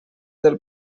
del